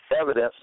evidence